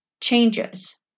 changes